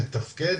מתפקד